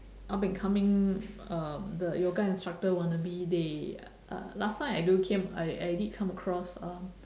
up and coming um the yoga instructor wannabe they uh last time I do came I I did come across um